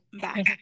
Bye